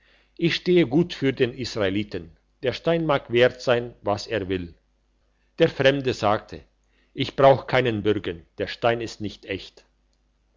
ich stehe gut für den israeliten der stein mag wert sein was er will der fremde sagte ich brauche keinen bürgen der stein ist nicht echt